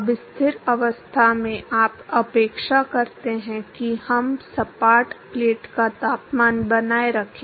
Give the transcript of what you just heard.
अब स्थिर अवस्था में आप अपेक्षा करते हैं कि हम सपाट प्लेट का तापमान बनाए रखें